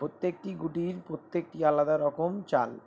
প্রত্যেকটি গুটির প্রত্যেকটি আলাদা রকম চাল